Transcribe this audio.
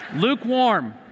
Lukewarm